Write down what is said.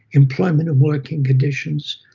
employment and working conditions,